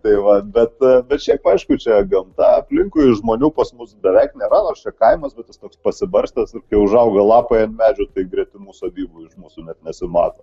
tai vat bet šiaip aišku čia gamta aplinkui žmonių pas mus beveik nėra nors čia kaimas bet tas toks pasibarstęs kai užauga lapai ant medžių tai gretimų sodybų iš mūsų net nesimato